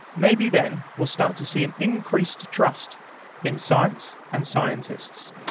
maybe then we'll start to see an increased trust in science and scientists.